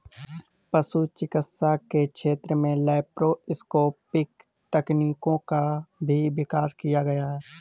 पशु चिकित्सा के क्षेत्र में लैप्रोस्कोपिक तकनीकों का भी विकास किया गया है